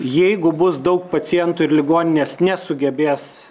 jeigu bus daug pacientų ir ligoninės nesugebės